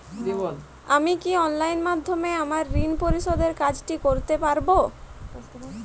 আমি কি অনলাইন মাধ্যমে আমার ঋণ পরিশোধের কাজটি করতে পারব?